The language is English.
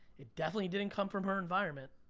it definitely didn't come from her environment.